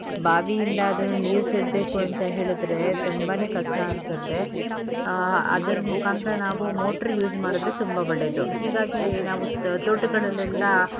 ಬಾವಿಯಿಂದ ಅದು ನೀರು ಸೇದಬೇಕು ಅಂತ ಹೇಳಿದ್ರೆ ತುಂಬ ಕಷ್ಟ ಅನ್ಸುತ್ತೆ ಅದರ ಮುಖಾಂತ್ರ ನಾವು ಮೋಟ್ರ್ ಯೂಸ್ ಮಾಡಿದ್ರೆ ತುಂಬ ಒಳ್ಳೆದು ಹೀಗಾಗಿ ನಾವು ತೋಟಗಳಲ್ಲೆಲ್ಲ